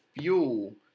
fuel